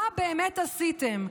מה באמת עשיתם?